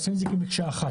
עושים את זה במקשה אחת.